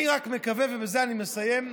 אני רק מקווה, ובזה אני מסיים,